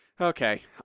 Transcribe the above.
Okay